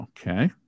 okay